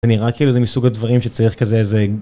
זה נראה כאילו זה מסוג הדברים שצריך כזה זה.